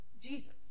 Jesus